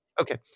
Okay